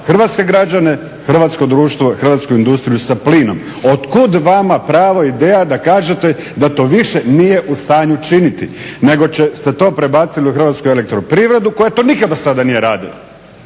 hrvatske građane, hrvatsko društvo, hrvatsku industriju sa plinom. Otkuda vama pravo i ideja da kažete da to više nije u stanju činiti nego ste to prebacili u Hrvatsku elektroprivredu koja to nikada do sada nije radila.